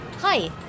Hi